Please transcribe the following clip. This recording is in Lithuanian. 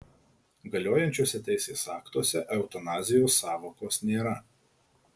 galiojančiuose teisės aktuose eutanazijos sąvokos nėra